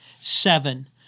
Seven